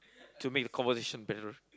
to make the conversation better